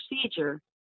procedure